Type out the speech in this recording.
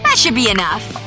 but should be enough.